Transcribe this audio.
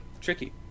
tricky